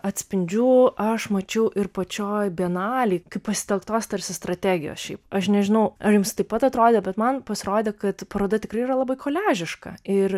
atspindžių aš mačiau ir pačioj bienalėj pasitelktos tarsi strategijos šiaip aš nežinau ar jums taip pat atrodė bet man pasirodė kad paroda tikrai yra labai koliažiška ir